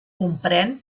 comprén